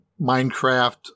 Minecraft